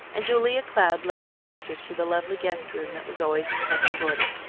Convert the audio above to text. and julia cloud led her sister to the lovely guest-room that was always in perfect order.